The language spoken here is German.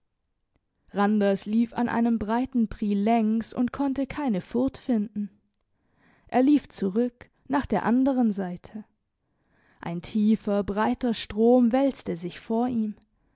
randers lief an einem breiten priel längs und konnte keine furt finden er lief zurück nach der andern seite ein tiefer breiter strom wälzte sich vor ihm